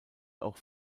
auch